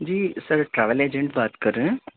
جی sir travel agent بات کر رہے ہیں